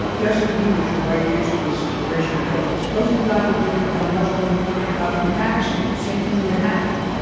doesn't mean that the right answer is to racially profile. supposing the guy had been and a muslim from pakistan? same thing would have happened.